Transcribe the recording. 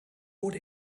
wurde